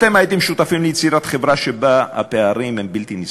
אתם הייתם שותפים ליצירת חברה שבה הפערים הם בלתי נסבלים.